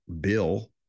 Bill